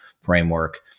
framework